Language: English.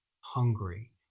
hungry